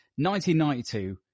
1992